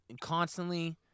constantly